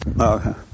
Okay